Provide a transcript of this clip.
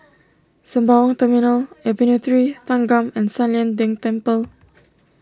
Sembawang Terminal Avenue three Thanggam and San Lian Deng Temple